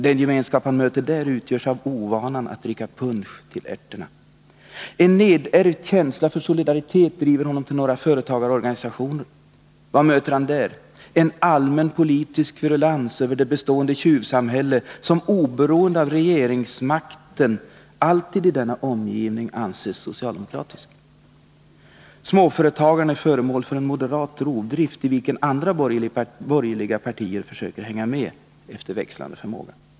Den gemenskap han möter där utgörs av ovanan att dricka punsch till ärterna. En nedärvd känsla för solidaritet driver honom till några företagarorganisationer. Vad möter han där? Jo, han möter en allmän politisk kverulans över det bestående tjuvsamhälle som oberoende av regeringsmakten alltid i denna omgivning anses socialdemokratiskt. Småföretagaren är föremål för en moderat rovdrift, i vilken andra borgerliga partier försöker hänga med efter växlande förmåga.